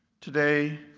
today,